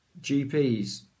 GPs